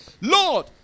Lord